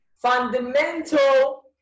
Fundamental